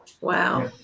Wow